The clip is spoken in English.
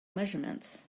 measurements